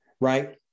right